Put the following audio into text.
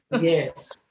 Yes